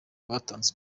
batanze